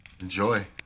Enjoy